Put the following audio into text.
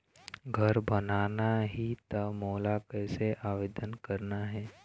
घर बनाना ही त मोला कैसे आवेदन करना हे?